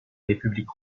république